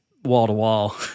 wall-to-wall